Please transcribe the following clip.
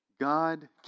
God